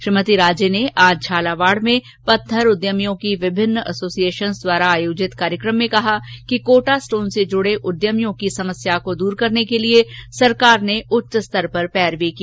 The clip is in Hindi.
श्रीमती राजे ने आज झालावाड़ में पत्थर उद्यमियों की विभिन्न एसोसिएशन द्वारा आयोजित कार्यकम में कहा कि कोटा स्टोन से जुड़े उद्यमियों की समस्या को दूर करने के लिए सरकार ने उच्च स्तर पर पैरवी की